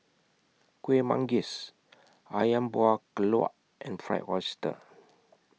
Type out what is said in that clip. Kueh Manggis Ayam Buah Keluak and Fried Oyster